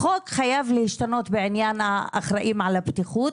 החוק חייב להשתנות בעניין האחראיים על הבטיחות.